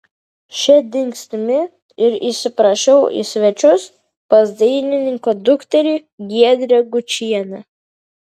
šia dingstimi ir įsiprašiau į svečius pas dailininko dukterį giedrę gučienę